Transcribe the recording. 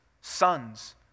sons